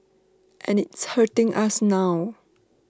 and it's hurting us now